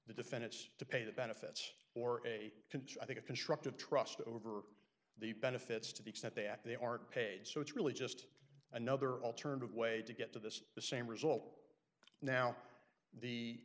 the defendants to pay the benefits or a i think a constructive trust over the benefits to the extent that they are paid so it's really just another alternative way to get to this the same result now the